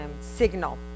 signal